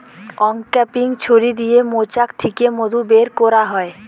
uncapping ছুরি দিয়ে মৌচাক থিকে মধু বের কোরা হয়